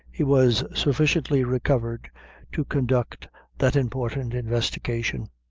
he was sufficiently recovered to conduct that important investigation.